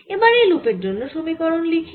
এবার এই লুপের জন্য সমীকরণ লিখি